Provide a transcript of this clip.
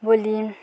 ବୋଲି